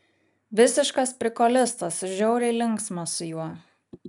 visiškas prikolistas žiauriai linksma su juo